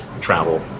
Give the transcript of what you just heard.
travel